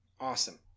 Awesome